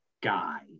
guy